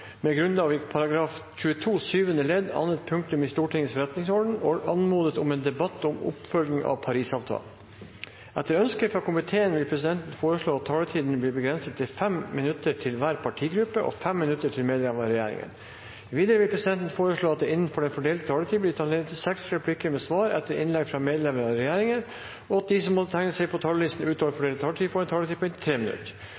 med grunnlag i Stortingets forretningsorden § 22 syvende ledd andre punktum anmodet om en debatt om oppfølging av Paris-avtalen. Etter ønske fra energi- og miljøkomiteen vil presidenten foreslå at taletiden blir begrenset til 5 minutter til hver partigruppe og 5 minutter til medlemmer av regjeringen. Videre vil presidenten foreslå at det – innenfor den fordelte taletid – blir gitt anledning til inntil seks replikker med svar etter innlegg fra medlemmer av regjeringen, og at de som måtte tegne seg på talerlisten utover